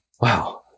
Wow